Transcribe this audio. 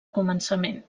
començament